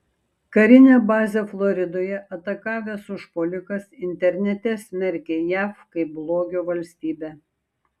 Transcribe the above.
karinę bazę floridoje atakavęs užpuolikas internete smerkė jav kaip blogio valstybę